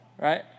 right